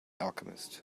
alchemist